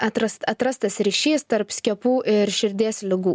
atras atrastas ryšys tarp skiepų ir širdies ligų